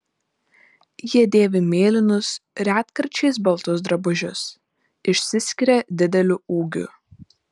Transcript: jie dėvi mėlynus retkarčiais baltus drabužius išsiskiria dideliu ūgiu